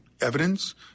evidence